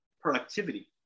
productivity